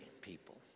people